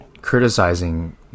criticizing